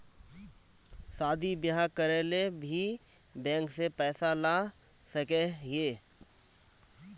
शादी बियाह करे ले भी बैंक से पैसा ला सके हिये?